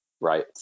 Right